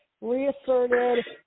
reasserted